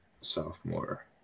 Sophomore